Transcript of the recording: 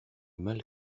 mal